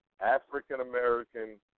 African-American